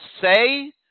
say